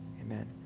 Amen